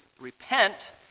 repent